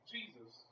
Jesus